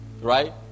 Right